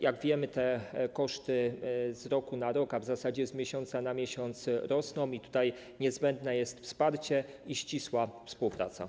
Jak wiemy, te koszty z roku na rok, a w zasadzie z miesiąca na miesiąc rosną i tutaj niezbędne jest wsparcie i ścisła współpraca.